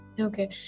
Okay